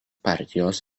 partijos